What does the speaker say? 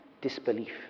disbelief